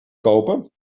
kopen